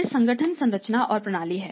फिर संगठन संरचना और प्रणाली है